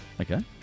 Okay